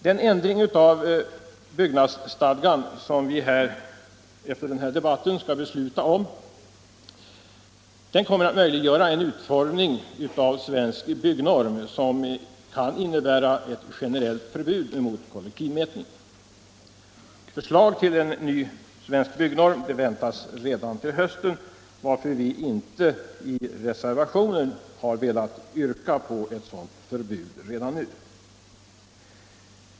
Den ändring av byggnadsstadgan som vi efter den här debatten skall besluta om kommer att möjliggöra en utformning av Svensk byggnorm, som kan innebära ett generellt förbud mot kollektivmätning. Förslag till ny Svensk byggnorm väntas redan till hösten, varför vi inte i reservationen har velat yrka på ett sådant förbud redan nu.